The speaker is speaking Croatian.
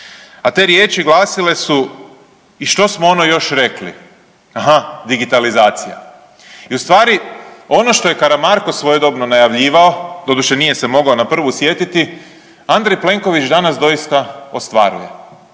a te riječi glasile su, i što smo ono još rekli, aha digitalizacija i ustvari ono što je Karamarko svojedobno najavljivao, doduše nije se mogao na prvu sjetiti, Andrej Plenković danas doista ostvaruje.